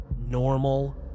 normal